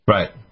Right